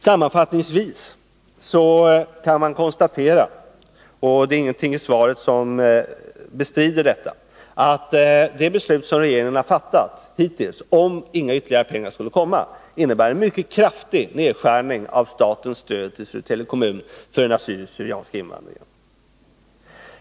Sammanfattningsvis kan man konstatera — det är inget i svaret som bestrider detta — att om inte ytterligare pengar skulle komma, innebär det beslut regeringen hittills har fattat en mycket kraftig nedskärning av statens stöd till Södertälje kommun för den assyriska/syrianska invandringen.